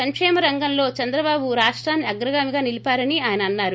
సంక్షేమ రంగంలో చంద్రబాబు రాష్టాన్ని అగ్రగామిగా నిలీపారని అన్నారు